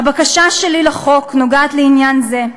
בקשת ההסתייגות שלי ביחס לחוק נוגעת לעניין זה,